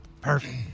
Perfect